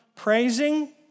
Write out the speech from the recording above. Praising